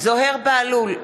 זוהיר בהלול,